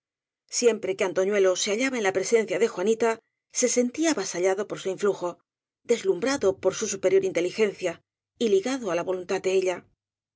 siempre que antoñuelo se hallaba en la presencia de juanita se sentía avasa llado por su influjo deslumbrado por su superior inteligencia y ligado á la voluntad de ella